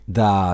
da